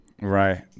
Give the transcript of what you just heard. Right